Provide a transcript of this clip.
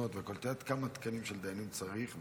עגונות והכול, את יודעת כמה תקנים של דיינים צריך?